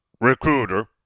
recruiter